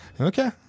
Okay